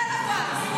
מה זה נותן, אבל?